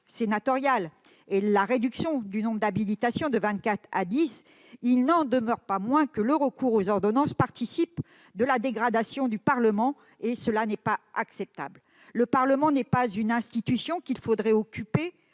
sénatorial et la réduction du nombre d'habilitations de 24 à 10, le recours aux ordonnances participe de la dégradation du Parlement. Cela n'est pas acceptable. Le Parlement n'est pas une institution qu'il faudrait occuper